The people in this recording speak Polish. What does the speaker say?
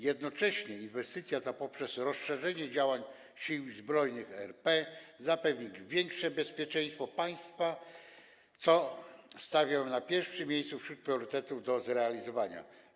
Jednocześnie inwestycja ta poprzez rozszerzenie działań Sił Zbrojnych RP zapewni większe bezpieczeństwo państwa, co stawiam na pierwszym miejscu wśród priorytetów do zrealizowania.